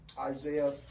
Isaiah